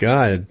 God